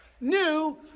New